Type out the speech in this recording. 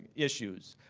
issues.